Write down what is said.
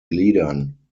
gliedern